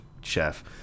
chef